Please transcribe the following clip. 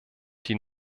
die